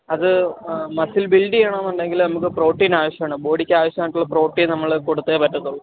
അത് muscle build ചെയ്യണോന്നുണ്ടെങ്കിൽ നമുക്ക് പ്രോട്ടീൻ ആവശ്യമാണ് ബോഡിക്ക് ആവശ്യമായിട്ടുള്ള പ്രോട്ടീൻ നമ്മൾ കൊടുത്തെ പറ്റത്തുള്ളു